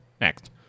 next